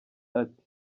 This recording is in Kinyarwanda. ati